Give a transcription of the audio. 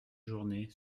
journée